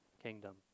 kingdom